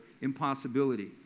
impossibility